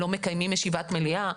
לא מקיימים ישיבת מליאה?